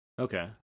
Okay